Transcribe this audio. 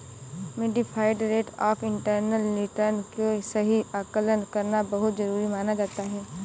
modified rate of internal return के सही आकलन करना बहुत जरुरी माना जाता है